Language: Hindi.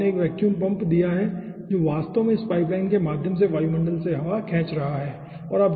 आपने एक वैक्यूम पंप दिया है जो वास्तव में इस पाइपलाइन के माध्यम से वायुमंडल से हवा खींच रहा है ठीक है